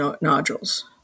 nodules